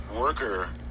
worker